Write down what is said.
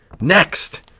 next